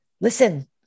listen